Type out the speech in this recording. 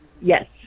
Yes